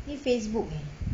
ni facebook eh